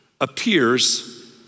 appears